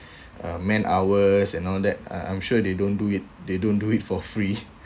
uh man hours and all that uh I'm sure they don't do it they don't do it for free